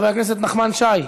חבר הכנסת נחמן שי,